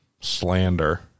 slander